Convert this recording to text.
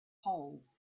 holes